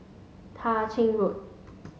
Tah Ching Road